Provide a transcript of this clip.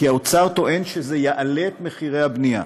כי האוצר טוען שזה יעלה את מחירי הבנייה.